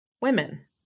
women